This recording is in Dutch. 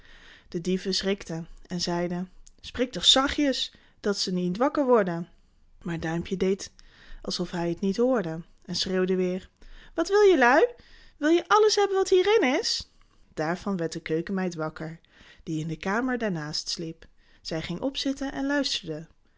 de dieven schrikten en zeiden spreek toch zachtjes dat ze niet wakker worden maar duimpje deed of hij t niet hoorde en schreeuwde weêr wat wil jelui wil je alles hebben wat hier in is daarvan werd de keukenmeid wakker die in de kamer daar naast sliep zij ging opzitten en luisterde